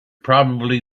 probably